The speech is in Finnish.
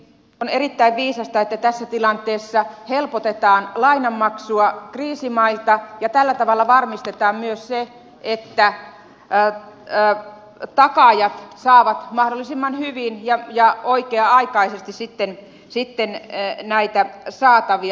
on erittäin viisasta että tässä tilanteessa helpotetaan kriisimaiden lainanmaksua ja tällä tavalla varmistetaan myös se että takaajat saavat mahdollisimman hyvin ja oikea aikaisesti näitä saatavia